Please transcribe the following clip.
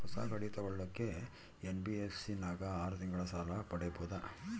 ಹೊಸ ಗಾಡಿ ತೋಗೊಳಕ್ಕೆ ಎನ್.ಬಿ.ಎಫ್.ಸಿ ನಾಗ ಆರು ತಿಂಗಳಿಗೆ ಸಾಲ ಪಡೇಬೋದ?